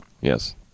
Yes